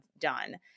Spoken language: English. done